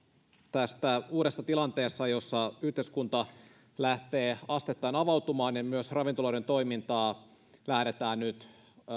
tästä uudesta tilanteesta jossa yhteiskunta lähtee asteittain avautumaan ja myös ravintoloiden toimintaa lähdetään nyt